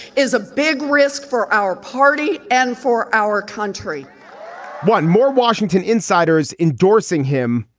is a big risk for our party and for our country one more washington insiders endorsing him.